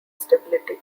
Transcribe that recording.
stability